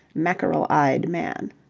mackerel-eyed man.